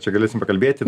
čia galėsim pakalbėti